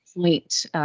point